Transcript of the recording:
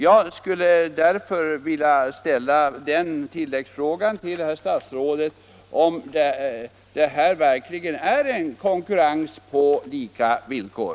Jag skulle därför vilja ställa följande tilläggsfråga till statsrådet: Är detta verkligen konkurrens på lika villkor?